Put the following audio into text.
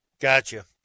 Gotcha